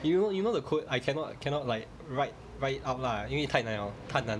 you know you know the code I cannot cannot like write write it up lah 因为太难 liao 太难